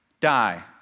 Die